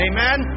Amen